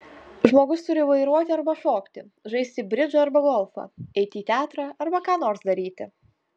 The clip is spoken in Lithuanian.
žmogus turi vairuoti arba šokti žaisti bridžą arba golfą eiti į teatrą arba ką nors daryti